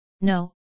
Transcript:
No